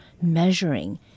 measuring